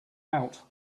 out